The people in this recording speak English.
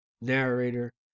narrator